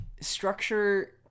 structure